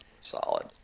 solid